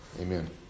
Amen